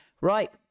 right